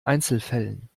einzelfällen